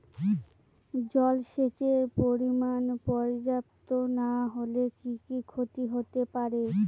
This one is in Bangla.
জলসেচের পরিমাণ পর্যাপ্ত না হলে কি কি ক্ষতি হতে পারে?